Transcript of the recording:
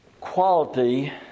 quality